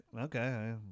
okay